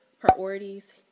priorities